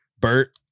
Bert